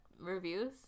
reviews